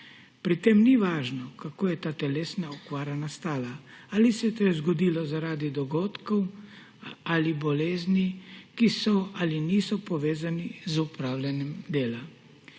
Pri tem ni važno, kako je ta telesna okvara nastala, ali se je to zgodilo zaradi dogodkov ali bolezni, ki so ali niso povezani z opravljanjem dela,